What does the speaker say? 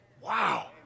Wow